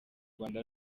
rwanda